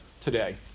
today